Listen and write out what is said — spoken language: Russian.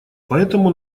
поэтому